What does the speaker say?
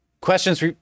questions